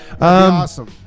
awesome